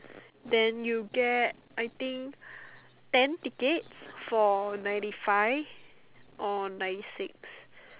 then you get I think ten tickets for ninety five or ninety six